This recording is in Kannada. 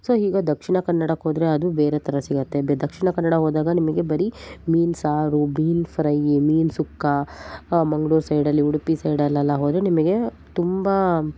ಸೊ ಹೀಗ ದಕ್ಷಿಣ ಕನ್ನಡಕ್ಕೆ ಹೋದರೆ ಅದು ಬೇರೆ ಥರದ್ ಸಿಗುತ್ತೆ ದಕ್ಷಿಣ ಕನ್ನಡ ಹೋದಾಗ ನಿಮಗೆ ಬರೀ ಮೀನು ಸಾರು ಮೀನು ಫ್ರೈಯಿ ಮೀನು ಸುಕ್ಕ ಮಂಗ್ಳೂರು ಸೈಡಲ್ಲಿ ಉಡುಪಿ ಸೈಡಲೆಲ್ಲ ಹೋದರೆ ನಿಮಗೆ ತುಂಬ